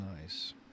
nice